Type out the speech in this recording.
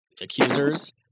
accusers